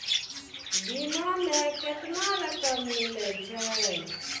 बीमा में केतना रकम मिले छै?